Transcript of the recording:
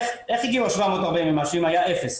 איך הגיעו ה-740 ומשהו אם היה אפס?